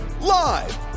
live